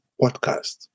podcast